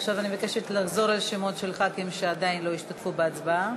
עכשיו אני מבקשת לחזור על שמות חברי הכנסת שעדיין לא השתתפו בהצבעה.